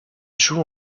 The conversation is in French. joue